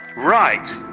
right,